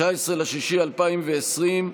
19 ביוני 2020,